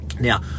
Now